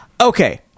Okay